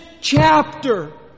chapter